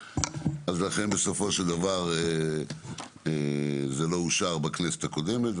ולכן בסופו של דבר זה לא אושר בכנסת הקודמת.